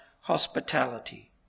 hospitality